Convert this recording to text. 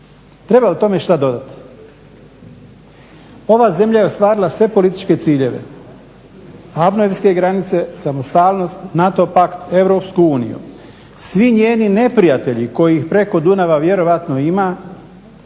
treba li tome šta dodati? Ova zemlja je ostvarila sve političke ciljeve, abnojevske granice, samostalnost, NATO pakt, EU. Svi njeni neprijatelji koji ih preko Dunava vjerojatno ima